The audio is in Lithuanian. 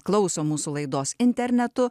klauso mūsų laidos internetu